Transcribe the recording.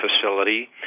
facility